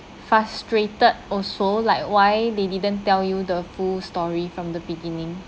frustrated also like why they didn't tell you the full story from the beginning